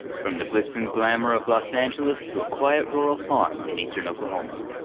from the glitz and glamor of los angeles to a quiet rural farm in eastern oklahoma.